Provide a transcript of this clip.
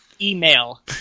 email